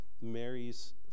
Mary's